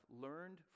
learned